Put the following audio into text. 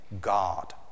God